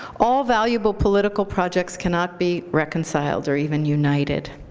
all valuable political projects cannot be reconciled or even united.